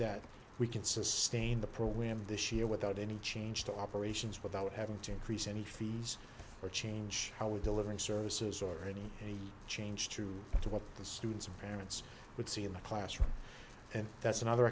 that we can sustain the program this year without any change to operations without having to increase any fees or change how we deliver services or any change through to what the students and parents would see in the classroom and that's another